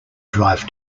drive